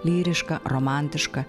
lyrišką romantišką